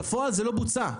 ובפועל זה לא בוצע.